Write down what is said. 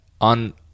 on